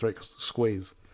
squeeze